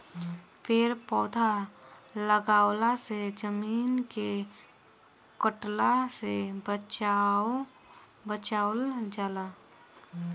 पेड़ पौधा लगवला से जमीन के कटला से बचावल जाला